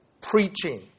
preaching